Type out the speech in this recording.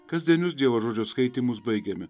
kasdienius dievo žodžio skaitymus baigiame